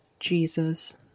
Jesus